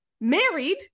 married